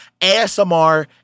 ASMR